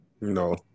No